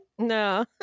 No